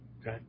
Okay